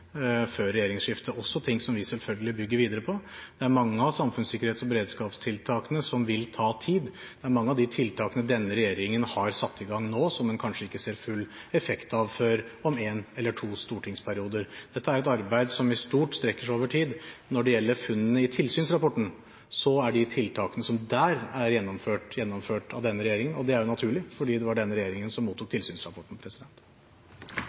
før regjeringsskiftet skjedd ting som vi selvfølgelig bygger videre på. Det er mange av samfunnssikkerhets- og beredskapstiltakene som vil ta tid. Det er mange av de tiltakene denne regjeringen har satt i gang nå, som en kanskje ikke ser full effekt av før om en eller to stortingsperioder. Dette er jo et arbeid som i stort strekker seg over tid. Når det gjelder funnene i tilsynsrapporten, er de tiltakene som der er gjennomført, gjennomført av denne regjeringen, og det er naturlig, fordi det var denne regjeringen som mottok tilsynsrapporten.